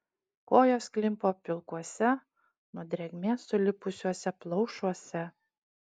kojos klimpo pilkuose nuo drėgmės sulipusiuose plaušuose